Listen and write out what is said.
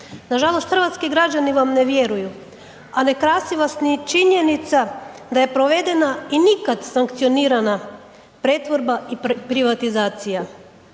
Nažalost, hrvatski građani vam ne vjeruju a ne krasi vas ni činjenica da je provedena i nikad sankcionirana pretvorba i privatizacija.